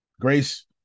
grace